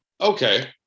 okay